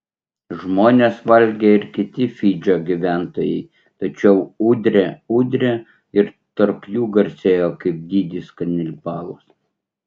žmones valgė ir kiti fidžio gyventojai tačiau udre udre ir tarp jų garsėjo kaip didis kanibalas